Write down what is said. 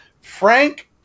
Frank